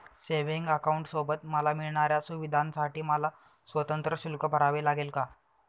Savings अकाउंटसोबत मला मिळणाऱ्या सुविधांसाठी मला स्वतंत्र शुल्क भरावे लागेल का?